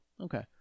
Okay